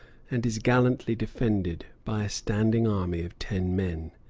and is gallantly defended by a standing army of ten men.